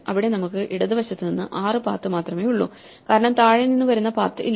ഇവിടെ നമുക്ക് ഇടതുവശത്ത് നിന്ന് 6 പാത്ത് മാത്രമേ ഉള്ളൂ കാരണം താഴെ നിന്ന് വരുന്ന പാത്ത് ഇല്ല